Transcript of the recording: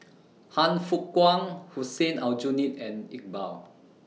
Han Fook Kwang Hussein Aljunied and Iqbal